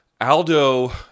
Aldo